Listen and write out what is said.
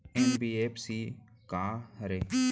NBFC का हरे?